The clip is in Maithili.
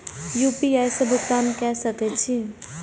यू.पी.आई से भुगतान क सके छी?